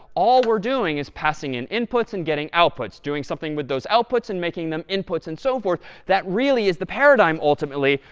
all we're doing is passing in inputs and getting outputs. doing something with those outputs and making them inputs, and so forth. that really is the paradigm, ultimately,